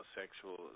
sexual